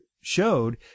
showed